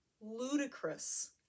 Ludicrous